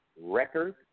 record